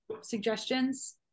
suggestions